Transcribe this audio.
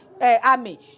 army